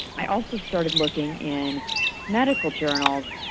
i also started looking in medical journals,